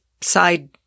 side